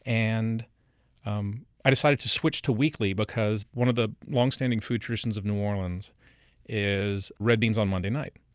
and um i decided to switch to weekly because one of the long-standing food traditions of new orleans is red beans on monday night.